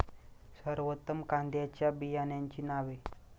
सर्वोत्तम कांद्यांच्या बियाण्यांची नावे?